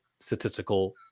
statistical